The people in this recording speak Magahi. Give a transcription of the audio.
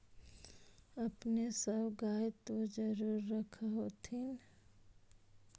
अपने सब गाय तो जरुरे रख होत्थिन?